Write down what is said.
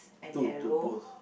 two two both